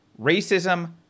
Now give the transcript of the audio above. racism